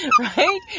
Right